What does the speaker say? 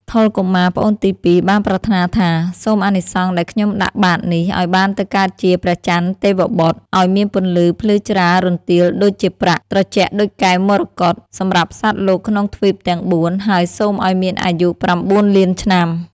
ថុល កុមារ (ប្អូនទីពីរ) បានប្រាថ្នាថា៖ "សូមអានិសង្សដែលខ្ញុំដាក់បាត្រនេះ ឱ្យបានទៅកើតជា ព្រះចន្ទទេវបុត្រ ឱ្យមានពន្លឺភ្លឺច្រាលរន្ទាលដូចជាប្រាក់ ត្រជាក់ដូចកែវមរកត សម្រាប់សត្វលោកក្នុងទ្វីបទាំង ៤ ហើយសូមឱ្យមានអាយុ ៩ លានឆ្នាំ"។